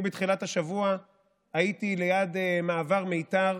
אני בתחילת השבוע הייתי ליד מעבר מיתר,